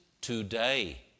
today